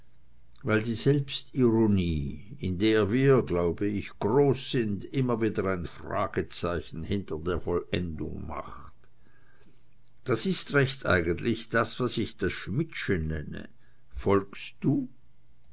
weil die selbstironie in der wir glaube ich groß sind immer wieder ein fragezeichen hinter der vollendung macht das ist recht eigentlich das was ich das schmidtsche nenne folgst du